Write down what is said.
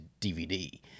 DVD